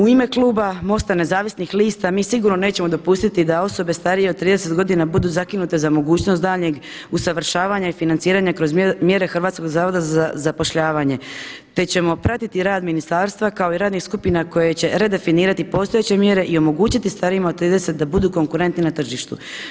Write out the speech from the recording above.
U ime kluba MOST-a nezavisnih lista mi sigurno nećemo dopustiti da osobe starije od 30 godina budu zakinute za mogućnost daljnjeg usavršavanja i financiranja kroz mjere Hrvatskog zavoda za zapošljavanje, te ćemo pratiti rad ministarstva kao i radnih skupina koje će redefinirati postojeće mjere i omogućiti starijima od 30 da budu konkurentni na tržištu.